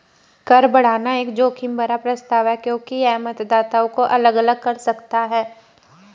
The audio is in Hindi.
कर बढ़ाना एक जोखिम भरा प्रस्ताव है क्योंकि यह मतदाताओं को अलग अलग कर सकता है